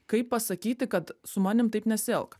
kaip pasakyti kad su manim taip nesielk